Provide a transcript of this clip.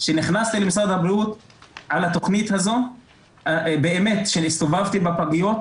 כשנכנסתי למשרד הבריאות על התכנית הזאת באמת שהסתובבתי בפגיות,